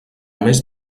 més